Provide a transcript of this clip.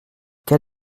quel